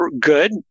good